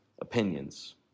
opinions